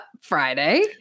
friday